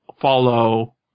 follow